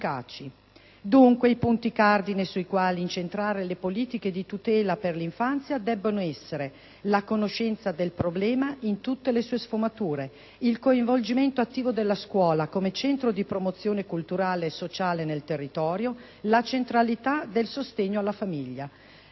Dunque, i punti cardine sui quali incentrare le politiche di tutela per l'infanzia debbono essere: la conoscenza del problema in tutte le sue sfumature, il coinvolgimento attivo della scuola come centro di promozione culturale e sociale nel territorio, la centralità del sostegno alla famiglia.